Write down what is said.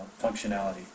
functionality